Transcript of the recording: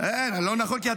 לא נכון.